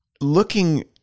looking